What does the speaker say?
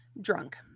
Drunk